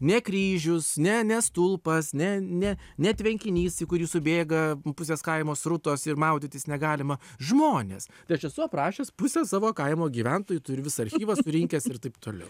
ne kryžius ne ne stulpas ne ne ne tvenkinys į kurį subėga pusės kaimo srutos ir maudytis negalima žmonės tai aš esu aprašęs pusę savo kaimo gyventojų turiu visą archyvą surinkęs ir taip toliau